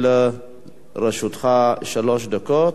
לרשותך שלוש דקות.